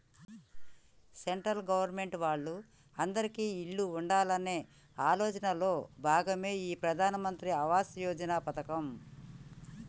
central government వాళ్ళు అందిరికీ ఇల్లు ఉండాలనే ఆలోచనలో భాగమే ఈ ప్రధాన్ మంత్రి ఆవాస్ యోజన పథకం